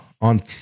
on